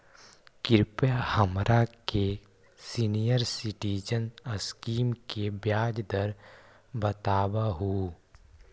कृपा हमरा के सीनियर सिटीजन स्कीम के ब्याज दर बतावहुं